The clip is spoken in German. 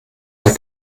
der